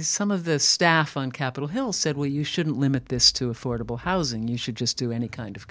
some of the staff on capitol hill said well you shouldn't limit this to affordable housing you should just do any kind of